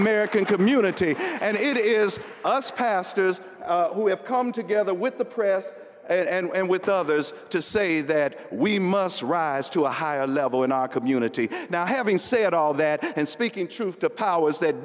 american community and it is us pastors who have come together with the press and with others to say that we must rise to a higher level in our community now having said all that and speaking truth to powers that